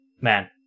Man